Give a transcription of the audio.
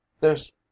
There's